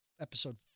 episode